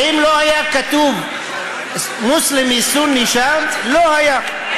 ואם לא היה כתוב "מוסלמי סוני", שם, לא היה.